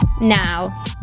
Now